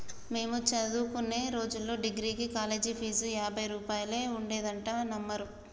మేము చదువుకునే రోజుల్లో డిగ్రీకి కాలేజీ ఫీజు యాభై రూపాయలే ఉండేదంటే నమ్మరు